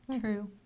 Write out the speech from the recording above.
True